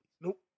Nope